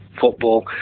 football